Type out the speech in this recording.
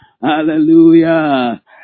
hallelujah